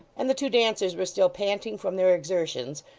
and the two dancers were still panting from their exertions,